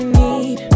need